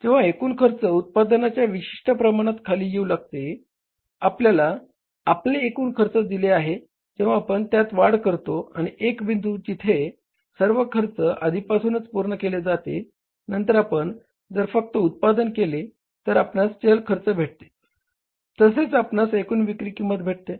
जेव्हा एकूण खर्च उत्पादनाच्या विशिष्ट प्रमाणात खाली येऊ लागते आपल्याला आपले एकूण खर्च दिले आहे जेंव्हा आपण त्यात वाढ करतो आणि एक बिंदू जिथे सर्व निश्चित खर्च आधीपासून पूर्ण केले जाते नंतर आपण जर फक्त उत्पादन केले तर आपणास चल खर्च भेटते तसेच आपणास एकूण विक्री किंमत भेटते